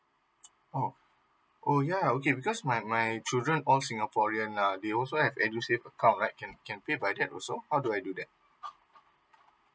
oh oh yeah okay because my my children all singaporean lah they also have edusave account right can can pay by that also how do I do that